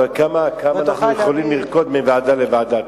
אבל כמה אנחנו יכולים לרקוד מוועדה לוועדה.